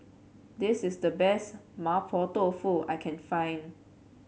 this is the best Mapo Tofu I can find